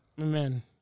Amen